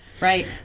Right